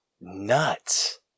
nuts